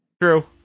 True